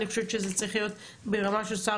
אני חושבת שזה צריך להיות ברמה של שר